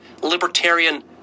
libertarian